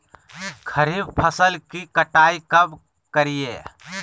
खरीफ फसल की कटाई कब करिये?